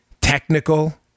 technical